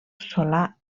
solà